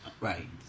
Right